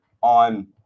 on